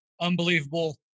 unbelievable